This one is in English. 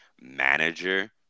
manager